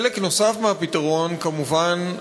חלק נוסף מהפתרון הוא, כמובן,